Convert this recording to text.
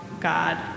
God